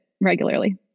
regularly